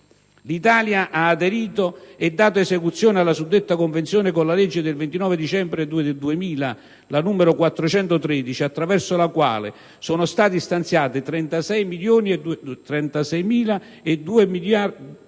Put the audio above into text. L'Italia ha aderito e dato esecuzione alla suddetta Convenzione con la legge 29 dicembre 2000, n. 413, attraverso la quale sono stati stanziati 36,2 milioni